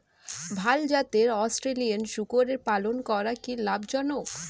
ভাল জাতের অস্ট্রেলিয়ান শূকরের পালন করা কী লাভ জনক?